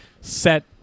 set